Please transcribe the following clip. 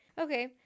okay